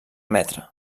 metre